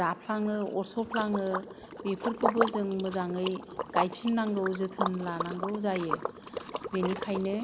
जाफ्लाङो अरस'फ्लाङो बेफोरखौबो जों मोजाङै गायफिननांगौ जोथोन लानांगौ जायो बेनिखायनो